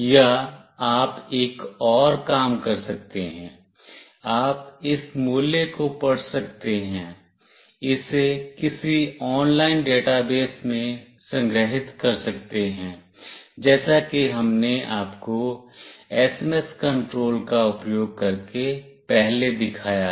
या आप एक और काम कर सकते हैं आप इस मूल्य को पढ़ सकते हैं इसे किसे ऑनलाइन डेटाबेस में संग्रहीत कर सकते हैं जैसा कि हमने आपको एसएमएस कंट्रोल का उपयोग करके पहले दिखाया है